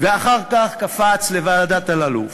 ואחר כך קפצת לוועדת אלאלוף.